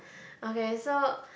okay so